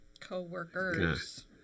Coworkers